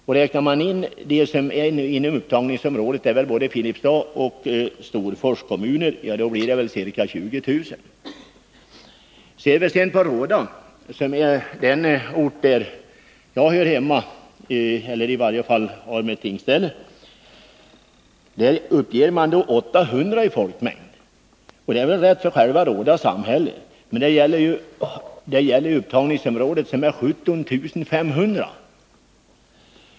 Men om man räknar in dem som finns i upptagningsområdet, som är både Filipstads och Storfors kommuner, blir det ca 20 000 personer. Ser vi sedan på Råda, som är den ort där jag har mitt tingsställe, finner vi att folkmängden är 800. Det är rätt siffra för själva Råda samhälle, men det är ju fråga om ett upptagningsområde med 17 500 invånare.